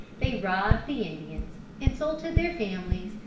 they robbed the indians, insulted their families,